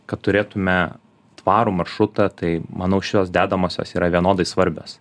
kad turėtume tvarų maršrutą tai manau šios dedamosios yra vienodai svarbios